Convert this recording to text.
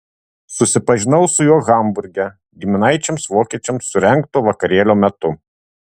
susipažinau su juo hamburge giminaičiams vokiečiams surengto vakarėlio metu